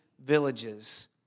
villages